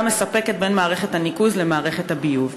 מספקת בין מערכת הניקוז למערכת הביוב.